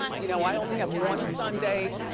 you know i only have one sunday